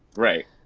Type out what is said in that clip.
right.